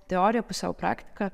teorija pusiau praktika